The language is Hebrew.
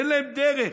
אין להם דלק.